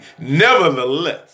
nevertheless